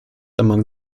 among